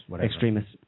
extremists